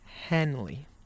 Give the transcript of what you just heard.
henley